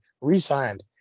re-signed